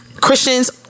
Christians